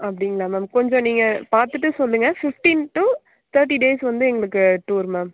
அப்படிங்களா மேம் கொஞ்சம் நீங்கள் பார்த்துட்டு சொல்லுங்கள் பிஃப்ட்டீன் டு தேட்டி டேஸ் எங்களுக்கு டூர் மேம்